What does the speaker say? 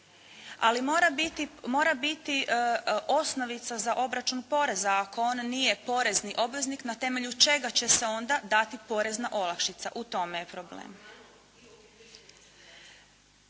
Ali mora biti osnovica za obračun poreza. Ako on nije porezni obveznik na temelju čega će se onda dati porezna olakšica, u tome je problem.